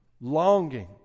longing